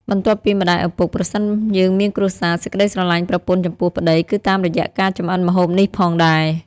បន្ទាប់ពីម្ដាយឪពុក ប្រសិនយើងមានគ្រួសារ សេចក្ដីស្រលាញ់ប្រពន្ធចំពោះប្តីគឺតាមរយៈការចម្អិនម្ហូបនេះផងដែរ។